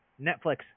Netflix